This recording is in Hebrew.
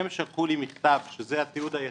הם שלחו לי מכתב שזה התיעוד היחיד,